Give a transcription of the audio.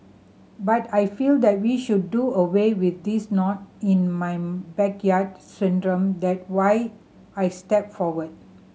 but I feel that we should do away with this not in my backyard syndrome that why I stepped forward